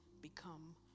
become